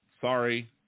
sorry